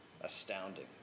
astounding